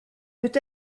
peut